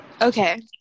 okay